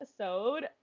episode